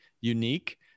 unique